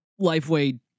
Lifeway